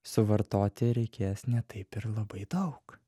suvartoti reikės ne taip ir labai daug